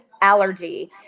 allergy